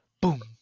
boom